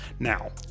Now